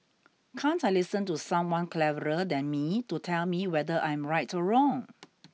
can't I listen to someone cleverer than me to tell me whether I'm right or wrong